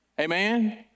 Amen